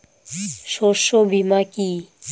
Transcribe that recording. শস্য বীমা কি?